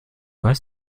weiß